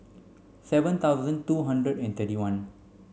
seven thousand two hundred and thirty one